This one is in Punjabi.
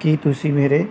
ਕੀ ਤੁਸੀਂ ਮੇਰੇ